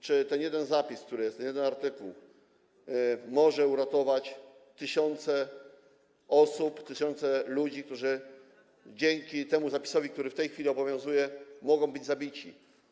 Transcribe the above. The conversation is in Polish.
Czy ten jeden zapis, ten jeden artykuł może uratować tysiące osób, tysiące ludzi, którzy dzięki temu zapisowi, który w tej chwili obowiązuje, mogą być zabici?